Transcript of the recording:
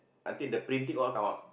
until the printing all come out